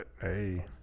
hey